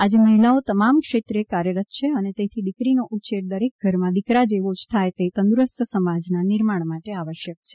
આજે મહિલાઓ તમામ ક્ષેત્રે કાર્યરત છે અને તેથી દીકરીનો ઉછેર દરેક ઘરમાં દિકરા જેવો જ થાય એ તંદુરસ્ત સમાજના નિર્માણ માટે આવશ્યક છે